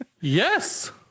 Yes